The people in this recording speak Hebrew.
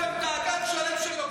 הקמתם תאג"ד שלם של לוגיסטים.